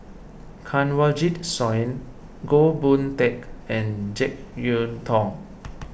Kanwaljit Soin Goh Boon Teck and Jek Yeun Thong